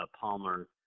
Palmer